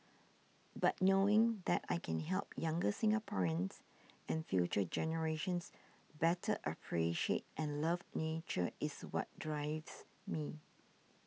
but knowing that I can help younger Singaporeans and future generations better appreciate and love nature is what drives me